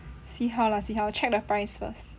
see how lah see how check the price first